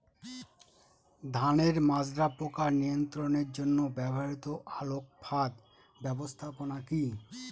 ধানের মাজরা পোকা নিয়ন্ত্রণের জন্য ব্যবহৃত আলোক ফাঁদ ব্যবস্থাপনা কি?